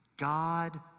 God